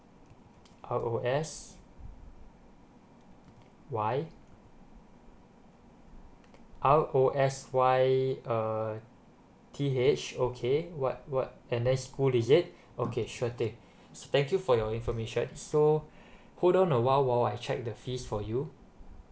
R O S Y R O S Y uh T H okay what what and that school is it okay sure thing thank you for your information so hold on a while while I check the fees for you